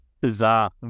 Bizarre